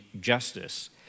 justice